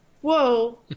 whoa